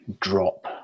drop